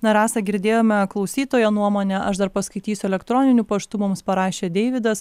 na rasa girdėjome klausytojo nuomonę aš dar paskaitysiu elektroniniu paštu mums parašė deividas